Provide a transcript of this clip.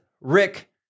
Rick